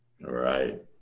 Right